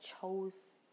chose